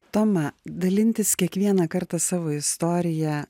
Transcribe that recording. toma dalintis kiekvieną kartą savo istorija